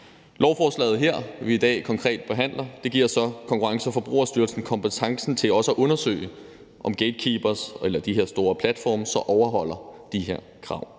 lovforslag, som vi i dag behandler, giver så Konkurrence- og Forbrugerstyrelsen kompetencen til også at undersøge, om gatekeepere eller de her store platforme så overholder de her krav,